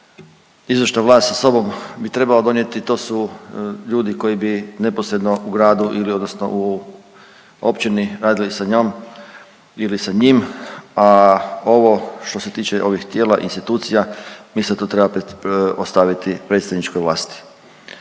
izvršna vlast sa sobom bi trebala donijeti, to su ljudi koji bi neposredno u gradu ili odnosno u općini radili sa njom ili sa njim, a ovo što se tiče ovih tijela i institucija, mislim da to treba ostaviti predstavničkoj vlasti.